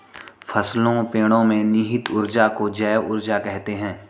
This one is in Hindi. फसलों पेड़ो में निहित ऊर्जा को जैव ऊर्जा कहते हैं